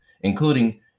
including